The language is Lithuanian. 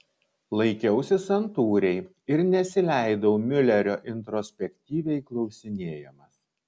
laikiausi santūriai ir nesileidau miulerio introspektyviai klausinėjamas